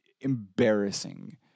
embarrassing